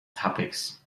topics